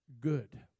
good